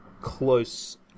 close